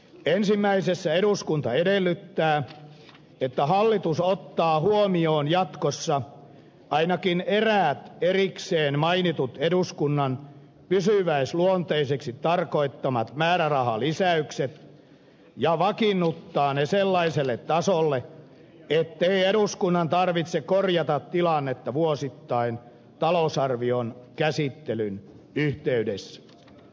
ensimmäisessä eduskunta edellyttää että hallitus ottaa huomioon jatkossa ainakin eräät erikseen mainitut eduskunnan pysyväisluonteisiksi tarkoittamat määrärahalisäykset ja vakiinnuttaa ne sellaiselle tasolle ettei eduskunnan tarvitse korjata tilannetta vuosittain talousarvion käsittelyn yhteydessä